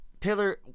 Taylor